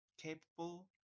capable